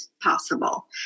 possible